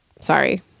Sorry